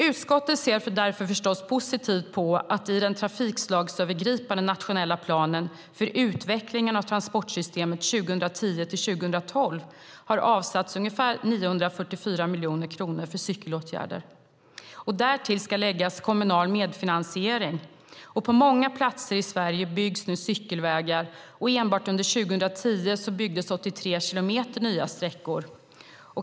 Utskottet ser därför förstås positivt på att det i den trafikslagsövergripande nationella planen för utvecklingen av transportsystemet 2010-2012 har avsatts ungefär 944 miljoner kronor för cykelåtgärder. Därtill ska läggas kommunal medfinansiering. På många platser i Sverige byggs nu cykelvägar, och enbart under 2010 byggdes 83 kilometer nya sträckor.